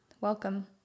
Welcome